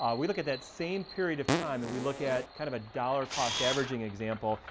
um we look at that same period of time and we look at kind of a dollar cost averaging example.